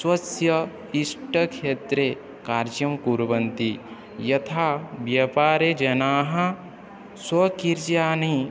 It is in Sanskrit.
स्वस्य इष्टक्षेत्रे कार्यं कुर्वन्ति यथा व्यापारे जनाः स्वकीयानि